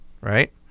right